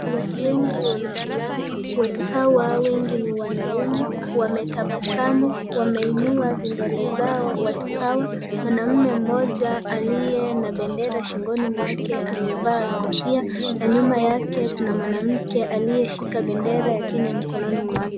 Watu wengi wamesimama watu hawa wengi ni wanaume wametabasamu, wameinua vidole zao watu hawa. Mwanaume mmoja aliye na bendera shingoni mwake ameva kofia na nyuma yake kuna mwanamke aliyeshika bendera ya kenya mkononi mwake.